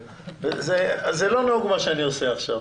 זה לא נהוג מה אני עושה עכשיו,